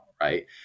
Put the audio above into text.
Right